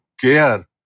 care